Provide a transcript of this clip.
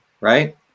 right